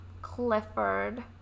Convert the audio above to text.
Clifford